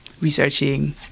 researching